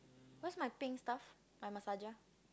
where's my pink stuff my massage